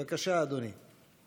בבקשה, אדוני.